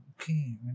Okay